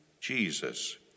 Jesus